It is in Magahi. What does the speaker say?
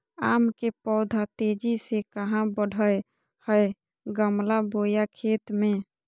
आम के पौधा तेजी से कहा बढ़य हैय गमला बोया खेत मे?